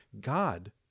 God